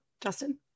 Justin